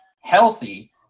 healthy